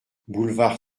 boulevard